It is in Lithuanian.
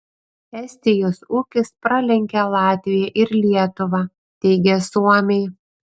estijos ūkis pralenkia latviją ir lietuvą teigia suomiai